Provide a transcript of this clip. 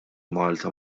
malta